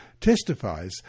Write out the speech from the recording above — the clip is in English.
testifies